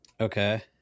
Okay